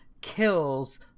kills